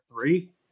three